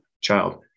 child